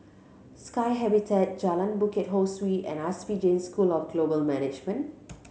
Sky Habitat Jalan Bukit Ho Swee and S P Jain School of Global Management